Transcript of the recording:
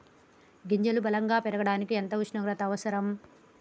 గింజలు బలం గా పెరగడానికి ఎంత ఉష్ణోగ్రత అవసరం?